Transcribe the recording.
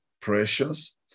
precious